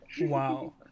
Wow